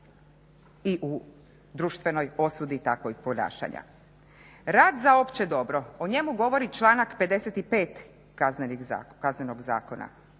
i u društvenoj osudi takvog ponašanja. Rad za opće dobro, o njemu govori članak 55. Kaznenog zakona,